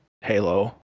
Halo